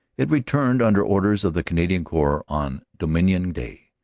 it returned under orders of the canadian corps on domin ion day,